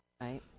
right